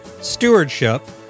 stewardship